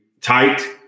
tight